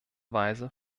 weise